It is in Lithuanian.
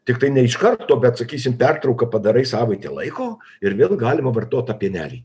tiktai ne iš karto bet sakysim pertrauką padarai savaitė laiko ir vėl galima vartot tą pienelį